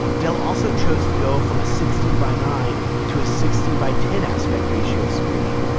dell also chose to go from a sixteen by nine to a sixteen by ten aspect ratio screen.